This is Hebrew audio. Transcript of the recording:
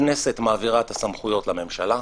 הכנסת מעבירה סמכויות לממשלה,